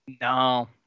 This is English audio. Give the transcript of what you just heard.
No